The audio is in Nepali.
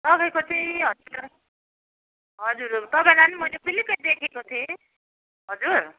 तपाईँको चाहिँ हस्पिटल हजुर तपाईँलाई पनि मैले पिलिक्कै देखेको थिएँ हजुर